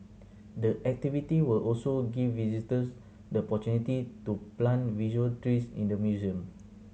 the activity will also give visitors the opportunity to plant virtual trees in the museum